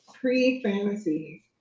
pre-fantasy